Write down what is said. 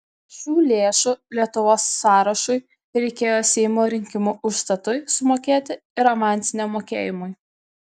šių lėšų lietuvos sąrašui reikėjo seimo rinkimų užstatui sumokėti ir avansiniam mokėjimui